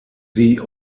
the